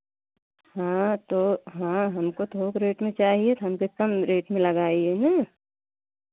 हाँ तो हाँ हमको थोक रेट में चाहिये कंशेशन रेट में लगाइये हाँ